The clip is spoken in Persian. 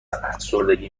افسردگی